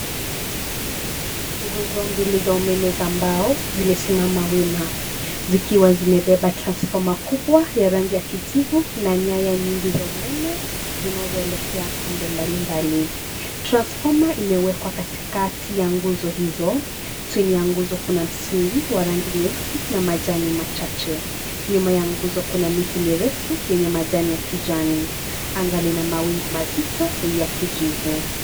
Nguzo mbili za umeme za mbao zimesimama wima zikiwa zimebeba transfoma kubwa ya rangi ya kijivu na nyaya ngingi za umeme zinazoelekea pande mbalimbali, transfoma imewekwa katikati ya nguzo hizo chini ya nguzo kuna msingi wa rangi nyeusi na majani machache, nyuma ya nguzo kuna miti mirefu yenye majani ya kijani, anga lina mawingu mazito ya kijivu.